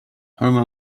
homer